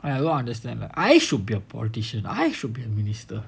I don't understand lah I should be a politician I should be a minister